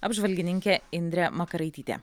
apžvalgininkė indrė makaraitytė